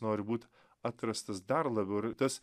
nori būt atrastas dar labiau ir tas